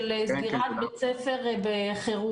של סגירת בית ספר בחירום.